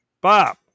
Bob